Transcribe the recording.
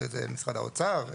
שזה משרד האוצר,